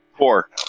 four